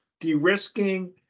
de-risking